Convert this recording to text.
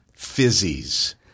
fizzies